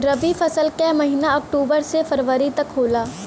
रवी फसल क महिना अक्टूबर से फरवरी तक होला